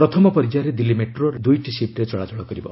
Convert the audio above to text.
ପ୍ରଥମ ପର୍ଯ୍ୟାୟରେ ଦିଲ୍ଲୀ ମେଟ୍ରୋ ରେଳ ଦୁଇଟି ସିଫ୍ଟରେ ଚଳାଚଳ କରିବ